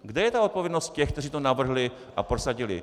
Kde je odpovědnost těch, kteří to navrhli a prosadili?